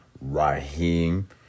Raheem